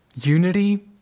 unity